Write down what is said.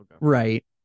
Right